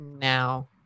now